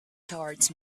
towards